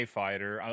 fighter